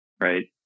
right